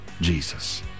Jesus